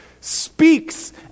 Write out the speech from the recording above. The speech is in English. speaks